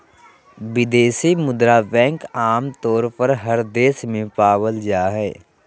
विदेशी मुद्रा बैंक आमतौर पर हर देश में पावल जा हय